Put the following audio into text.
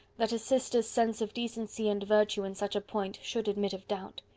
that a sister's sense of decency and virtue in such a point should admit of doubt.